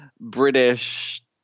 British